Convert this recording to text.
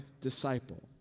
disciple